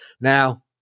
Now